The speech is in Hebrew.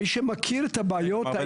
מי שמכיר את הבעיות --- סליחה,